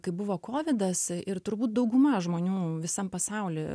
kai buvo kovidas ir turbūt dauguma žmonių visam pasauly